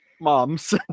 Moms